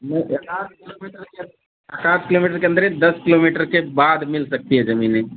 नहीं एकाध किलोमीटर के पचास किलोमीटर के अन्दर एक दस किलोमीटर के बाद मिल सकती है जमीनें